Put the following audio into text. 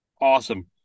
Awesome